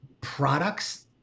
products